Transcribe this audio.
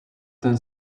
then